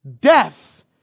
Death